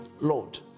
lord